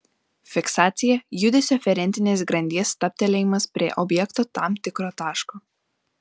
fiksacija judesio aferentinės grandies stabtelėjimas prie objekto tam tikro taško